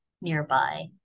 nearby